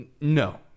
no